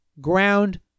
ground